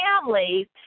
families